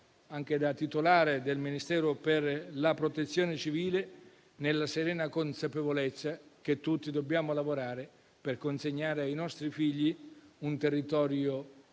che da titolare del Ministero per la Protezione civile, nella serena consapevolezza che tutti dobbiamo lavorare per consegnare ai nostri figli un territorio